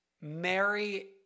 Mary